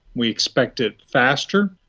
we expect it faster,